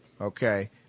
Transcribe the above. Okay